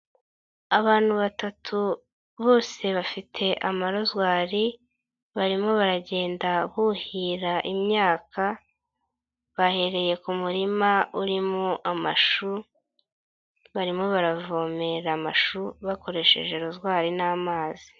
Abantu batatu bose bafite amarozwari, barimo baragenda buhira imyaka, bahereye ku murima urimo amashu, barimo baravomera amashu bakoresheje rozwari n'amazi.